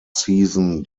season